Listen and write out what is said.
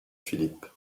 philippe